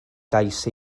gais